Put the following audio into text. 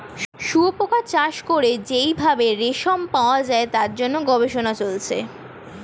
শুয়োপোকা চাষ করে যেই ভাবে রেশম পাওয়া যায় তার জন্য গবেষণা চলছে